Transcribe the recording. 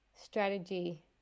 strategy